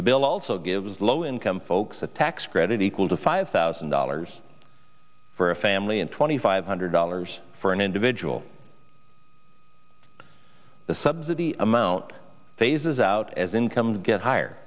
the bill also gives low income folks a tax credit equal to five thousand dollars for a family and twenty five hundred dollars for an individual the subsidy amount phases out as incomes get higher